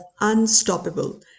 Unstoppable